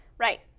right.